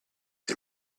you